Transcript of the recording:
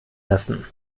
lassen